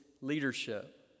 leadership